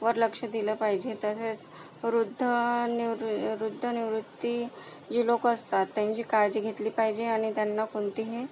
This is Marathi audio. वर लक्ष दिलं पाहिजे तसेच वृद्ध निवृ वृद्ध निवृत्त जी लोक असतात त्यांची काळजी घेतली पाहिजे आणि त्यांना कोणतीही